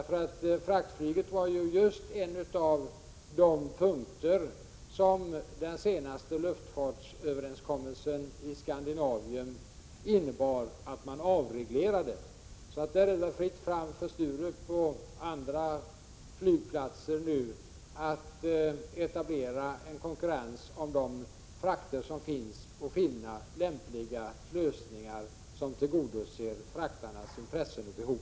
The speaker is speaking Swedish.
Fraktflyget är ju ett av de områden som den senaste luftfartsöverenskommelsen i Skandinavien innebär att man avreglerade. Så där är det nu fritt fram för Sturup och andra flygplatser att etablera en konkurrens om de frakter som finns och finna lämpliga lösningar som tillgodoser fraktarnas intressen och behov.